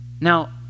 Now